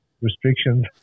restrictions